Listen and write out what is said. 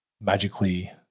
magically